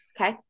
Okay